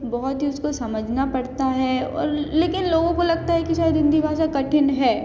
बहुत ही उसको समझना पड़ता है और लेकिन लोगों को लगता है कि शायद हिन्दी भाषा कठिन है